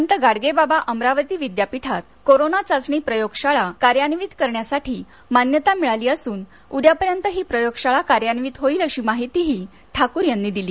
संत गाडगेबाबा अमरावती विद्यापीठात कोरोना चाचणी प्रयोगशाळा कार्यान्वित करण्यासाठी मान्यता मिळाली असून उद्यापर्यंत ही प्रयोगशाळा कार्यान्वित होईल अशी माहितीही ठाकूर यांनी दिली